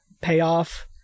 payoff